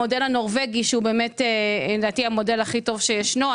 המודל הנורבגי באמת לדעתי המודל הכי טוב שישנו.